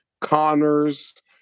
Connors